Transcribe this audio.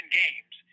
games